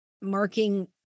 marking